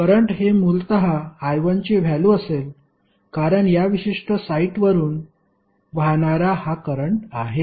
current हे मूलत I1 ची व्हॅल्यु असेल कारण या विशिष्ट साइटवरून वाहणारा हा करंट आहे